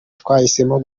twahisemo